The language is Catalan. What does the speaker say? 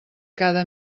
cada